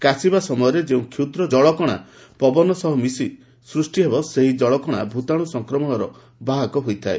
କାଶିବା ସମୟରେ ଯେଉଁ କ୍ଷୁଦ୍ର କଳକଣା ପବନ ସହ ମିଶି ସୃଷ୍ଟି ହେବ ସେହି ଜଳକଣା ଭୂତାଣୁ ସଫକ୍ରମଣର ବାହକ ହୋଇଥାଏ